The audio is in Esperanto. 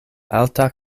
alta